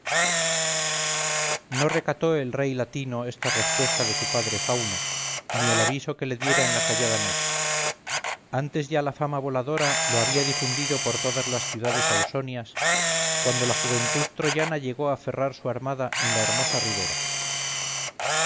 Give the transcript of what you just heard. no recató el rey latino esta respuesta de su padre fauno ni el aviso que le diera en la callada noche antes ya la fama voladora lo había difundido por todas las ciudades ausonias cuando la juventud troyana llegó a aferrar su armada en la hermosa ribera